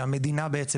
שהמדינה בעצם